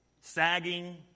sagging